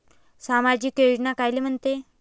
सामाजिक योजना कायले म्हंते?